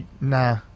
nah